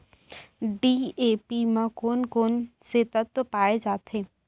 DAP म कोन कोन से तत्व पाए जाथे?